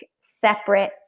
separate